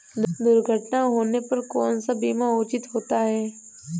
दुर्घटना होने पर कौन सा बीमा उचित होता है?